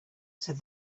said